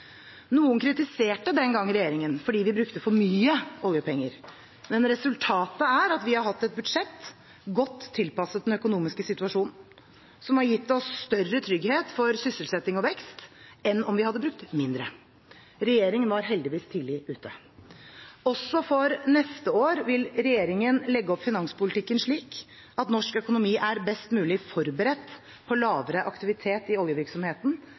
Noen kritiserte den gang regjeringen fordi vi brukte for mye oljepenger, men resultatet er at vi har hatt et budsjett godt tilpasset den økonomiske situasjonen, som har gitt oss større trygghet for sysselsetting og vekst enn om vi hadde brukt mindre. Regjeringen var heldigvis tidlig ute. Også for neste år vil regjeringen legge opp finanspolitikken slik at norsk økonomi er best mulig forberedt på lavere aktivitet i oljevirksomheten